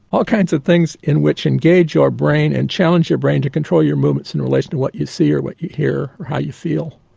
all kinds of things which engage your brain and challenge your brain to control your movements in relation to what you see or what you hear or how you feel.